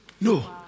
No